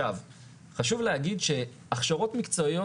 חשוב להגיד שהכשרות מקצועיות,